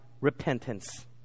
repentance